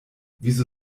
wieso